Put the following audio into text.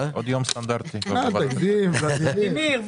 אל תגזים, ולדימיר.